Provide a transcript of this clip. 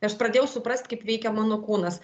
tai aš pradėjau suprast kaip veikia mano kūnas